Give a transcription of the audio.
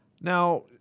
Now